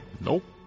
Nope